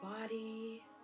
body